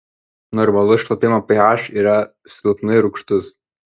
normalus šlapimo ph yra silpnai rūgštus